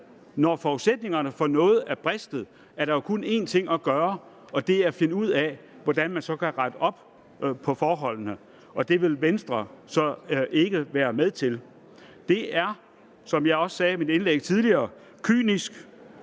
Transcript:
Når forudsætningerne for noget er bristet, er der jo kun en ting at gøre, og det er at finde ud af, hvordan man så kan rette op på forholdene. Det vil Venstre så ikke være med til. Det er, som jeg sagde i mit indlæg tidligere, kynisk,